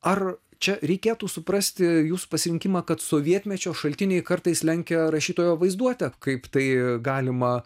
ar čia reikėtų suprasti jūsų pasirinkimą kad sovietmečio šaltiniai kartais lenkia rašytojo vaizduotę kaip tai galima